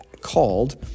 called